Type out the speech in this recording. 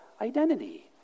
identity